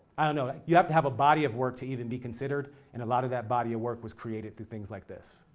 i don't know. you have to have a body of work to even be considered. and a lot of that body of work was created things like this,